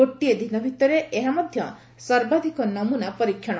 ଗୋଟିଏ ଦିନ ଭିତରେ ଏହା ମଧ୍ୟ ସର୍ବାଧିକ ନମୁନା ପରୀକ୍ଷଣ